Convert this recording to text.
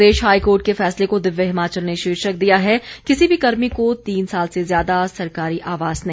प्रदेश high court के फैसले को दिव्य हिमाचल ने शीर्षक दिया है किसी भी कर्मी को तीन साल से ज्यादा सरकारी आवास नहीं